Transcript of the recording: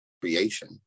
creation